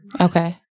okay